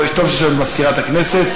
טוב שיש לנו את מזכירת הכנסת.